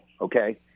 okay